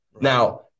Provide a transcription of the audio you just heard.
Now